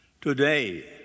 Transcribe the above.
Today